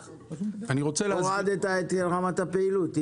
הורדת את רמת הפעילות.